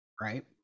Right